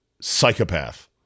psychopath